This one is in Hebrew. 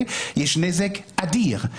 יש נזק אדיר.